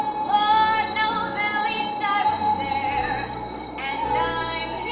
lord knows at least i was there and i'm here